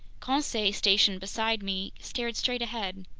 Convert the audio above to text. conseil, stationed beside me, stared straight ahead.